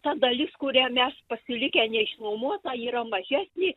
ta dalis kurią mes pasilikę neišnuomotą yra mažesnė